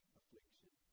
affliction